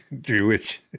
Jewish